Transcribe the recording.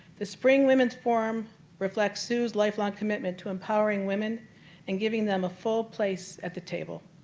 the spring women's forum reflects sue's lifelong commitment to empowering women and giving them a full place at the table.